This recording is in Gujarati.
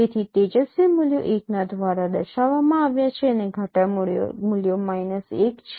તેથી તેજસ્વી મૂલ્યો ૧ ના દ્વારા દર્શાવવામાં આવ્યા છે અને ઘાટા મૂલ્યો 1 છે